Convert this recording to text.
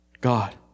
God